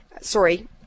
sorry